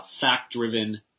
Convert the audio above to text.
fact-driven